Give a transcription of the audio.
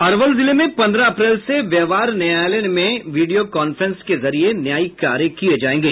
अरवल जिले में पंद्रह अप्रैल से व्यवहार न्यायालय में वीडियो कांफ्रेंस के जरिये न्यायिक कार्य किये जायेंगे